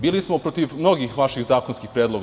Bili smo protiv mnogih vaših zakonskih predloga.